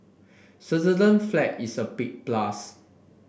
Switzerland flag is a big plus